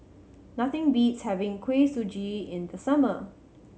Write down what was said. nothing beats having Kuih Suji in the summer